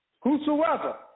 Whosoever